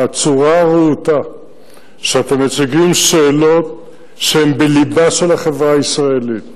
הצורה הרהוטה שאתם מציגים שאלות שהן בלבה של החברה הישראלית